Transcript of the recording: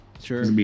Sure